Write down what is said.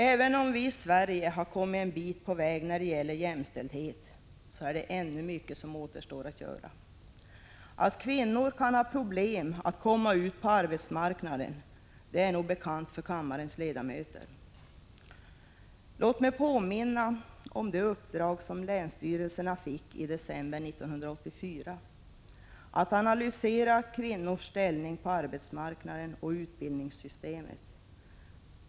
Även om vi i Sverige har kommit en bit på väg när det gäller jämställdhet är det ännu mycket som återstår att göra. Att kvinnor kan ha problem att komma ut på arbetsmarknaden är nog bekant för kammarens ledamöter. Låt mig påminna om det uppdrag som länsstyrelserna fick i december 1984 att analysera kvinnors ställning på arbetsmarknaden och i utbildningssystemet.